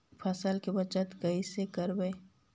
फसल के बचाब कैसे करबय?